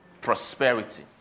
prosperity